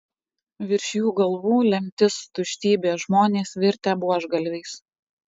virš jų galvų lemtis tuštybė žmonės virtę buožgalviais